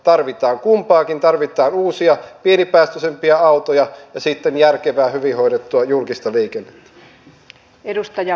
tarvitaan kumpaakin tarvitaan uusia pienipäästöisempiä autoja ja sitten järkevää hyvin hoidettua julkista liikennettä